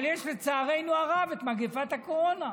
אבל יש, לצערנו הרב, את מגפת הקורונה,